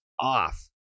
Off